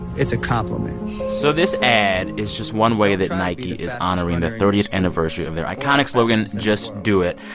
it's a compliment so this ad is just one way that nike is honoring the thirtieth anniversary of their iconic slogan just do it.